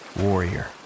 warrior